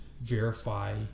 verify